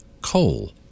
coal